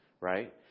right